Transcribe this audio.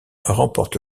remporte